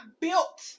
built